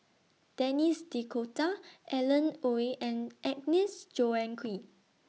Denis D'Cotta Alan Oei and Agnes Joaquim